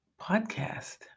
podcast